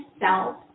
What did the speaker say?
self